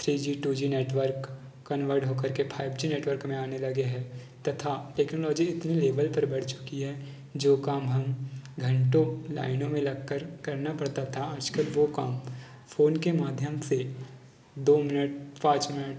three G two G network convert हो कर के फाइव जी नेटवर्क में आने लगे हैं तथा टेक्नोलॉजी इतनी लेवल पर आगे बढ़ चुकी है जो काम हम घंटो लाइनों में लग कर करना पड़ता था आजकल वह काम फ़ोन के माध्यम से दो मिनट पाँच मिनट